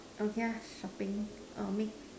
okay ah shopping err ma~